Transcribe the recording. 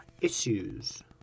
issues